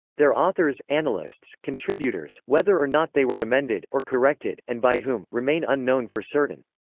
their authors, analysts, contributors, whether or not they were emended, or corrected, and by whom, remain unknown for certain.